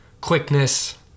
quickness